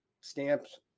stamps